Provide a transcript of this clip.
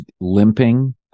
limping